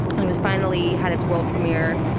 and it was finally had its world premiere,